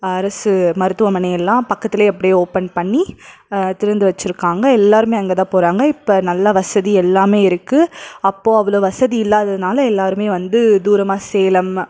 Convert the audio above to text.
அரசு மருத்துவமனை எல்லாம் பக்கத்துலேயே அப்படியே ஓப்பன் பண்ணி திறந்து வச்சுருக்காங்க எல்லாருமே அங்கே தான் போகிறாங்க இப்போ நல்லா வசதி எல்லாமே இருக்குது அப்போ அவ்வளோ வசதி இல்லாததுனால் எல்லாருமே வந்து தூரமாக சேலம்